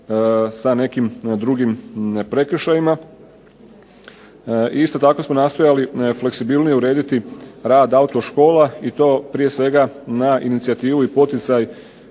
sa nekim drugim prekršajima. Isto tako smo nastojali fleksibilnije urediti rad autoškola, i to prije svega na inicijativu i poticaj